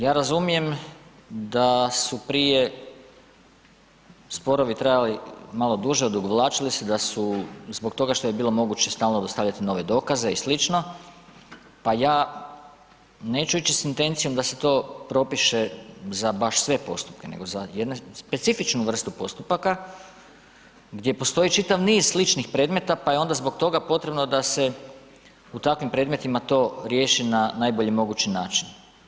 Ja razumijem da su prije sporovi trajali malo duže, odugovlačili se, da su zbog toga što je bilo moguće stalo dostavljati nove dokaze i slično, pa ja neću ići s intencijom da se to propiše za baš sve postupke nego za jednu specifičnu vrstu postupaka, gdje postoji čitav niz sličnih predmeta pa je onda zbog toga potrebno da se u takvim predmetima to riješi na najbolji mogući način.